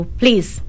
please